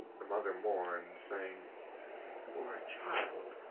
the mother mourned, saying poor child,